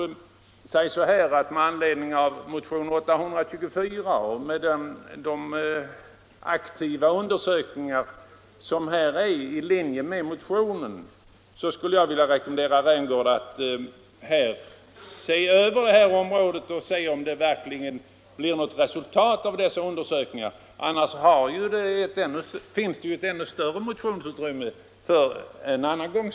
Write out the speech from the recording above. Jag vill mot denna bakgrund, med anledning av motionen 824 och med hänsyn till de aktiva undersökningar som sker enligt motionens I linje, rekommendera herr Rämgård att se över området för att få klarhet | i om det verkligen blir något resultat av undersökningarna. Annars finns det ju ett ännu större motionsutrymme en annan gång.